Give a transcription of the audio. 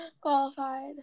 qualified